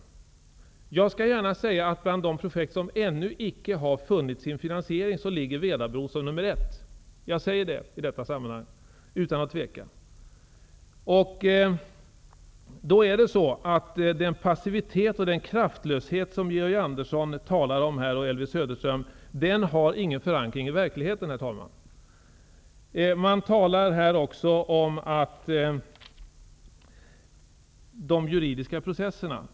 Jag säger gärna i detta sammanhang utan att tveka, att bland de projekt som ännu icke har funnit sin finansiering ligger Vedabron som nummer ett. Den passivitet och den kraftlöshet som Georg Andersson och Elvy Söderström talar om har ingen förankring i verkligheten, herr talman. Man talar här också om de juridiska processerna.